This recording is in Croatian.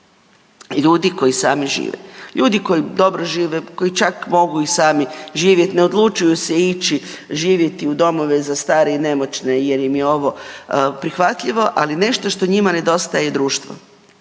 ljudi koji sami žive. Ljudi koji dobro žive, koji čak mogu i sami živjeti, ne odlučuju se ići živjeti u domove za starije i nemogućne jer im je ovo prihvatljivo, ali nešto što njima nedostaje je društvo.